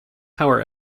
hour